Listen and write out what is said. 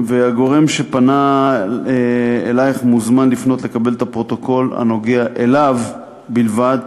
והגורם שפנה אלייך מוזמן לפנות לקבל את הפרוטוקול הנוגע אליו בלבד.